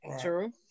True